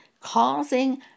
causing